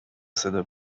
صدا